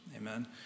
amen